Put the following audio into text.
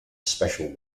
special